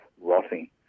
rotting